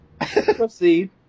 Proceed